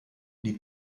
die